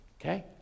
okay